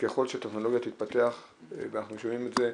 וככל שהטכנולוגיה תתפתח, ואנחנו שומעים את זה,